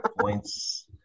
points